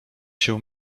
się